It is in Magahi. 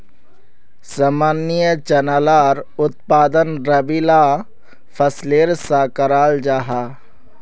सामान्य चना लार उत्पादन रबी ला फसलेर सा कराल जाहा